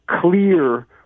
clear